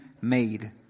made